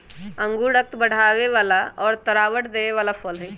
अंगूर रक्त बढ़ावे वाला और तरावट देवे वाला फल हई